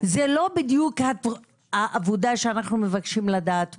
זה לא בדיוק העבודה שאנחנו מבקשים לדעת פה,